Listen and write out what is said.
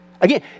Again